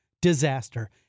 disaster